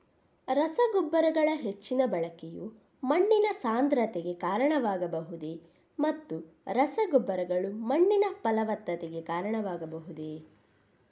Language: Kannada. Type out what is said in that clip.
ರಸಗೊಬ್ಬರಗಳ ಹೆಚ್ಚಿನ ಬಳಕೆಯು ಮಣ್ಣಿನ ಸಾಂದ್ರತೆಗೆ ಕಾರಣವಾಗಬಹುದೇ ಮತ್ತು ರಸಗೊಬ್ಬರಗಳು ಮಣ್ಣಿನ ಫಲವತ್ತತೆಗೆ ಕಾರಣವಾಗಬಹುದೇ?